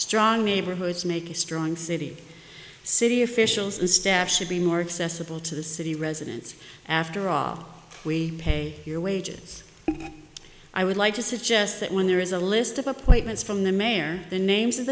strong neighborhoods make a strong city city officials and staff should be more accessible to the city residents after all we pay your wages i would like to suggest that when there is a list of appointments from the mayor the names of